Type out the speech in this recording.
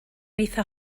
eithaf